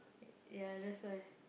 ya that's why